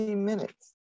minutes